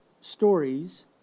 stories